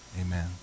amen